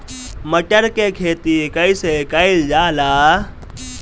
मटर के खेती कइसे कइल जाला?